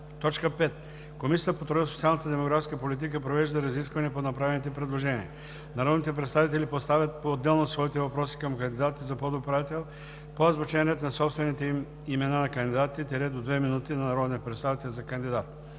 5. Комисията по труда, социалната и демографската политика провежда разисквания по направените предложения. Народните представители поставят поотделно своите въпроси към кандидатите за подуправител по азбучен ред на собствените имена на кандидатите – до 2 минути на народен представител за кандидат.